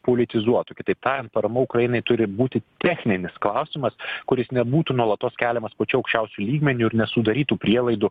politizuotu kitaip tariant parama ukrainai turi būti techninis klausimas kuris nebūtų nuolatos keliamas pačiu aukščiausiu lygmeniu ir nesudarytų prielaidų